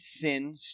thin